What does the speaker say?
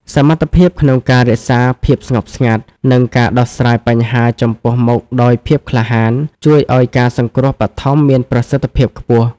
សមត្ថភាពក្នុងការរក្សាភាពស្ងប់ស្ងាត់ និងការដោះស្រាយបញ្ហាចំពោះមុខដោយភាពក្លាហាន ជួយឱ្យការសង្គ្រោះបឋមមានប្រសិទ្ធភាពខ្ពស់។